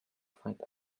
find